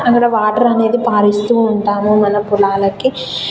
అందులో వాటర్ అనేది పారిస్తూ ఉంటాను మన పొలాలకి